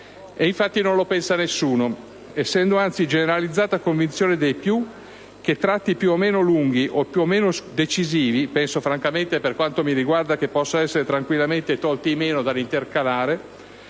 Ed infatti non lo pensa nessuno, essendo anzi generalizzata convinzione dei più che tratti più o meno lunghi e più o meno decisivi (penso francamente, per quanto mi riguarda, che possano essere tranquillamente tolti i «meno» dalla